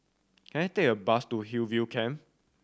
can I take a bus to Hillview Camp